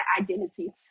identity